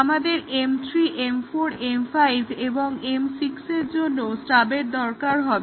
আমাদের M3 M4 M5 এবং M6 এর জন্যও স্টাবের দরকার হবে